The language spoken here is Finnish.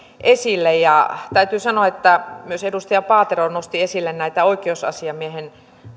esille täytyy sanoa että myös edustaja paatero nosti esille näitä oikeusasiamiehen